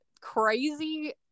crazy